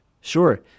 sure